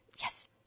Yes